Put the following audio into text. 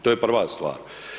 To je prva stvar.